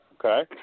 Okay